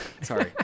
Sorry